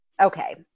Okay